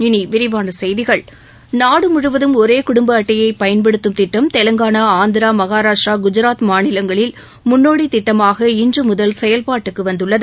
இனி விரிவான செய்திகள் நாடு முழுவதும் ஒரே குடும்ப அட்டையை பயன்படுத்தும் திட்டம் தெலங்கானா ஆந்திரா மகாராஷ்டிரா குஜராத் மாநிலங்களில் முன்னோடி திட்டமாக இன்று முதல் செயல்பாட்டுக்கு வந்துள்ளது